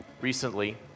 recently